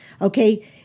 Okay